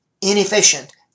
inefficient